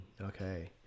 Okay